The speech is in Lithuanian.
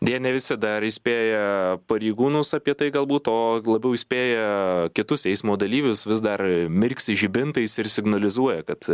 deja ne visada ir įspėja pareigūnus apie tai galbūt o labiau įspėja kitus eismo dalyvius vis dar mirksi žibintais ir signalizuoja kad